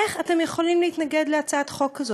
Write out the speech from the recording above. איך אתם יכולים להתנגד להצעת חוק כזאת?